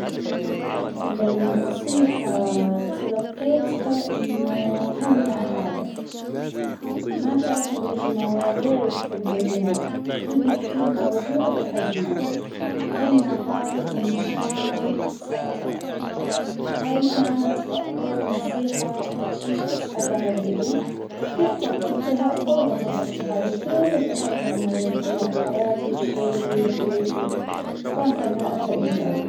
أفضل نصيحة تلقيتها أنه هونى عاحالك ، ما تاخذى المواضيع وتكبريها ،خذى كل موضوع بحجمه ، هونى عاحالك منشان صحتك ، هاى كانت أفضل نصيحة شى شخص حكاها لإلى ، كيف طبقتها: فوراً طبقتها على كل المشاكل اللى مريت بيها بحياتى بشغلى ببيتى، طبعاً كان لها أثر إيجابى.